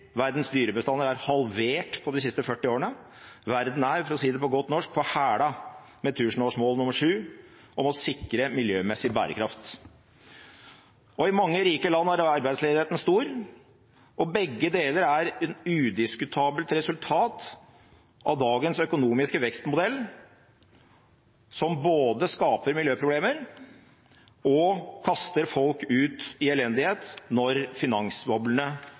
Verdens dyrebestander er halvert de siste 40 årene. Verden er – for å si det på godt norsk – på hæla når det gjelder tusenårsmål 7, sikre miljømessig bærekraftig utvikling, og i mange rike land er arbeidsledigheten stor. Begge deler er et udiskutabelt resultat av dagens økonomiske vekstmodell, som både skaper miljøproblemer og kaster folk ut i elendighet når